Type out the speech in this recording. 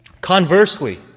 Conversely